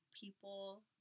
people